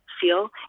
feel